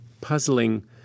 puzzling